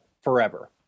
forever